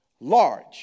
large